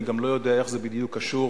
אני גם לא יודע איך זה בדיוק קשור